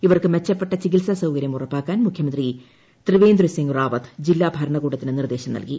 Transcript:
ഇവർക്ക് മെച്ചപ്പെട്ട ചികിത്സാ സൌകര്യം ഉറപ്പാക്കാൻ മുഖ്യമന്ത്രി ത്രിവേന്ദ്ര സിംഗ് റാവത്ത് ജില്ലാ ഭരണകൂടത്തിന് നിർദ്ദേശം നൽകി